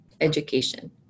education